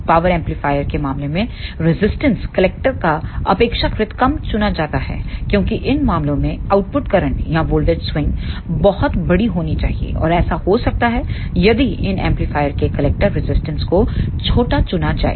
power amplifier के मामले में रजिस्टेंस कलेक्टर का अपेक्षाकृत कम चुना जाता है क्योंकि इन मामलों में आउटपुट करंट या वोल्टेज स्विंग बहुत बड़ी होनी चाहिए और ऐसा हो सकता है यदि इन एम्पलीफायर के कलेक्टर रजिस्टेंस को छोटा चुना जाए